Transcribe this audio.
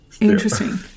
Interesting